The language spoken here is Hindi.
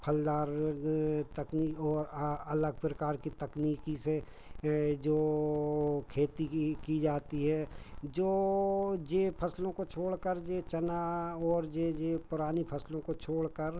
फलदार तकनीक ओर अलग प्रकार की तकनीकी से जो खेती की की जाती है जो जे फसलों को छोड़कर ये चना ओर जे जे पुरानी फसलों को छोड़कर